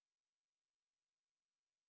something's wrong with my